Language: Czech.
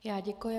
Já děkuji.